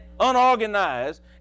unorganized